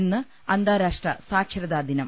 ഇന്ന് അന്താരാഷ്ട്ര സാക്ഷരതാ ദിനം